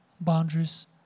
boundaries